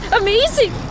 amazing